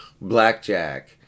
blackjack